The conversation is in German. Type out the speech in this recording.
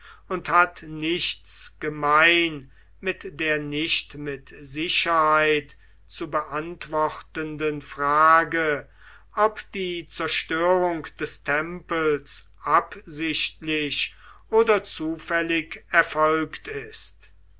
und hat nichts gemein mit der nicht mit sicherheit zu beantwortenden frage ob die zerstörung des tempels absichtlich oder zufällig erfolgt ist